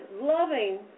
loving